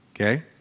okay